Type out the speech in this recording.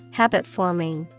habit-forming